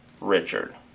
richard